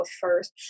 first